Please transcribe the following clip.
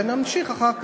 ונמשיך אחר כך.